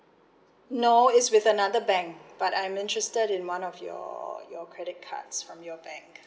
no is with another bank but I'm interested in one of your your credit cards from your bank